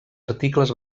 articles